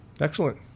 Excellent